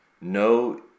no